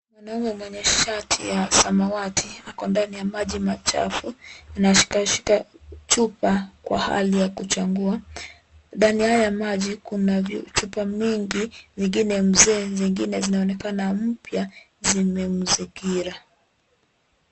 Mwanamume mwenye shati ya samawati ako ndani ya maji machafu anashikashika chupa kwa hali ya kuchangua. Ndani ya haya maji kuna chupa mingi zingine mzee zingine zinaonekana mpya zimemzingira.